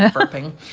yeah flipping